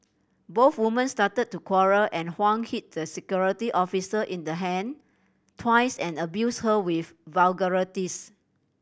both woman started to quarrel and Huang hit the security officer in the hand twice and abused her with vulgarities